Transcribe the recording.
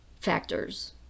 factors